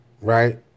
Right